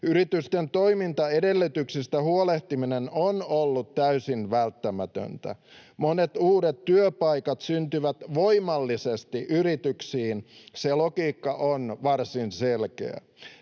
Yritysten toimintaedellytyksistä huolehtiminen on ollut täysin välttämätöntä. Monet uudet työpaikat syntyvät voimallisesti yrityksiin. Se logiikka on varsin selkeä.